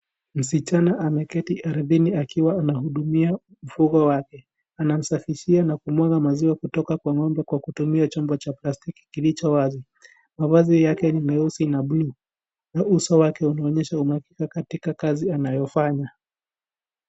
Msichana ameketi ardhini akiwa anamhudumia mfugo wake. Anamsafishia na kumwaga maziwa kutoka kwa ng'ombe kwa kutumia chombo cha plastiki kilicho wazi. Mavazi yake ni meusi na buluu. Uso wake unaonyesha uhakika katika kazi anayofanya.